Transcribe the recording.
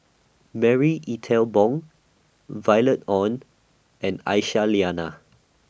Marie Ethel Bong Violet Oon and Aisyah Lyana